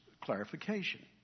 clarification